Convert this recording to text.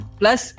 plus